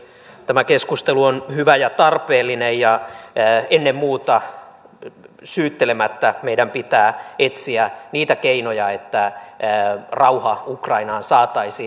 tämä keskustelu on hyvä ja tarpeellinen ja ennen muuta syyttelemättä meidän pitää etsiä niitä keinoja että rauha ukrainaan saataisiin